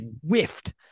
whiffed